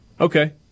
Okay